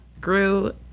grew